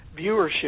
viewership